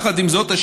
יחד עם זאת,